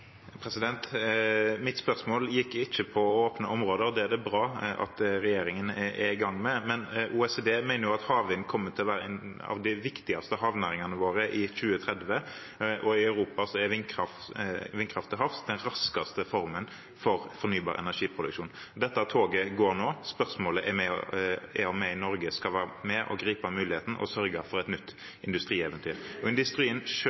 Mitt spørsmål gikk ikke på å åpne områder. Det er det bra at regjeringen er i gang med. OECD mener havvind kommer til å være en av de viktigste havnæringene våre i 2030, og i Europa er vindkraft til havs den raskeste formen for fornybar energiproduksjon. Dette toget går nå. Spørsmålet er om vi i Norge skal være med og gripe muligheten og sørge for et nytt industrieventyr. Industrien